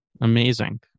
Amazing